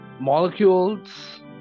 molecules